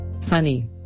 Funny